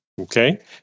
Okay